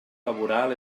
laboral